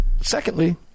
secondly